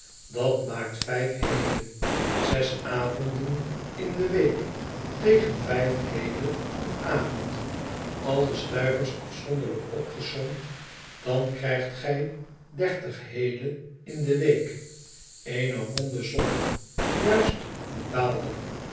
dat maakt vijf heele zes avonden in de week tegen vijf heele een avond al de stuivers afzonderlijk opgesomd dan krijgt gij dertig heele in de week eene ronde som juist een daalder